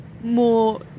more